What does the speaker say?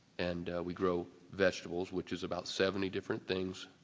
and we grow vegetables which is about seventy different things.